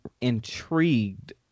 intrigued